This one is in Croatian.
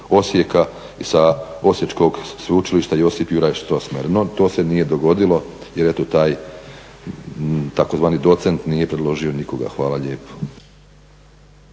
Osijeka sa osječkog Sveučilišta Josip Juraj Strossmayer. No, to se nije dogodilo, jer eto taj tzv. docent nije predložio nikoga. Hvala lijepa.